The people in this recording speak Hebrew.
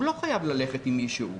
הוא לא חייב ללכת עם מישהו,